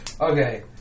Okay